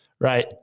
right